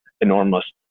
enormous